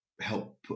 help